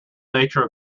nature